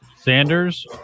Sanders